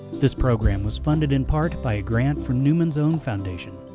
this program was funded in part by a grant from newman's own foundation,